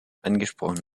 angesprochen